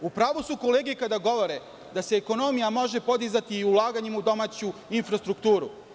U pravu su kolege kada govore da se ekonomija može podizati i ulaganjem u domaću infrastrukturu.